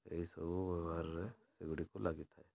ଏହିସବୁ ବ୍ୟବହାରରେ ସେଗୁଡ଼ିକ ଲାଗିଥାଏ